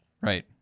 Right